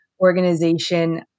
organization